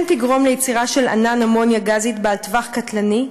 תגרום ליצירה של ענן אמוניה גזית בעל טווח קטלני,